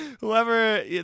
Whoever